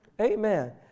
Amen